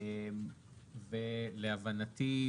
להבנתי,